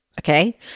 okay